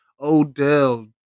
Odell